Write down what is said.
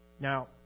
Now